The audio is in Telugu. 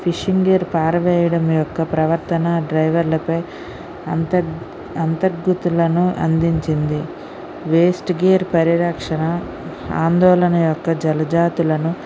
ఫిషింగ్ గేర్ పారవేయడం యొక్క ప్రవర్తన డ్రైవర్లపై అంతర్ అంతర్గుతులను అందించింది వేస్ట్ గేర్ పరిరక్షణ ఆందోళన యొక్క జలజాతులను